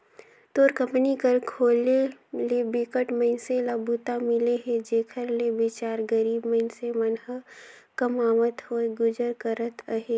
तोर कंपनी कर खोले ले बिकट मइनसे ल बूता मिले हे जेखर ले बिचार गरीब मइनसे मन ह कमावत होय गुजर करत अहे